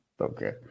okay